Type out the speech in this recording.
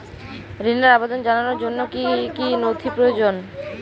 ঋনের আবেদন জানানোর জন্য কী কী নথি প্রয়োজন?